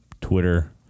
Twitter